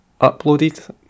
uploaded